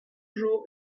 jour